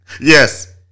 Yes